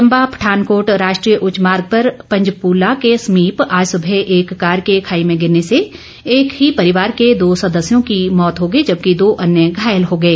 चम्बा पठानकोट राष्ट्रीय उच्च मार्ग पर पंजपुला के समीप आज सुबह एक कार के खाई में गिरने से एक ही परिवार के दो सदस्यों की मौत हो गई जबकि दो अन्य घायल हो गए